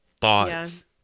thoughts